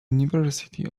university